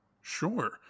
Sure